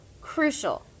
crucial